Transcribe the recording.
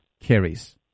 carries